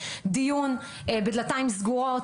דיון בדלתיים סגורות.